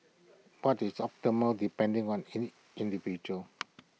but it's optimal depending on any individual